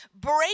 Break